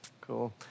Cool